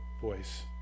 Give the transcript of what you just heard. voice